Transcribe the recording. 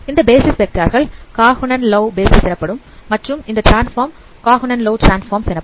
இந்த basis vector கள் Karhunen Loeve basis எனப்படும் மற்றும் அந்த டிரான்ஸ்பார்ம் Karhunen Loeve transforms எனப்படும்